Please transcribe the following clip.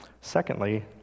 Secondly